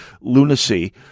lunacy